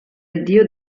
addio